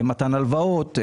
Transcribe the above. מתן הלוואות,